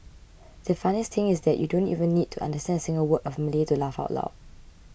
the funniest thing is that you don't even need to understand a single word of Malay to laugh out loud